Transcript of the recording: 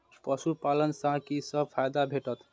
पशु पालन सँ कि सब फायदा भेटत?